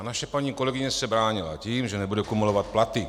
A naše paní kolegyně se bránila tím, že nebude kumulovat platy.